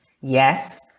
Yes